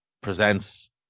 presents